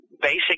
basic